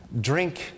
drink